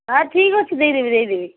ହଁ ଠିକ୍ ଅଛି ଦେଇ ଦେବି ଦେଇ ଦେବି